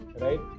right